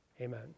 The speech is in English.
Amen